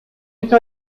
iki